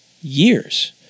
years